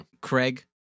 Craig